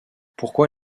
pourquoi